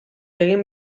egin